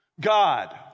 God